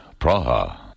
Praha